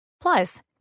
Plus